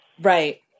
Right